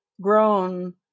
grown